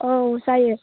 औ जायो